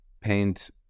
paint